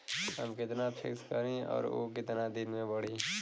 हम कितना फिक्स करी और ऊ कितना दिन में बड़ी?